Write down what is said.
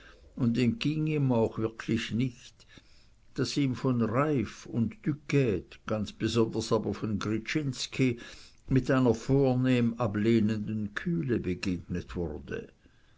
und entging ihm auch wirklich nicht daß ihm von reiff und duquede ganz besonders aber von gryczinski mit einer vornehm ablehnenden kühle begegnet wurde